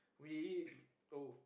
we oh